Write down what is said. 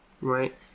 Right